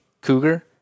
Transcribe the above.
cougar